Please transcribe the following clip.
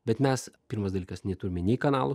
bet mes pirmas dalykas neturime nei kanalų